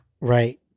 right